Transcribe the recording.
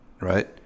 right